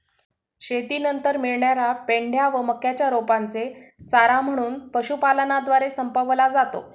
शेतीनंतर मिळणार्या पेंढ्या व मक्याच्या रोपांचे चारा म्हणून पशुपालनद्वारे संपवला जातो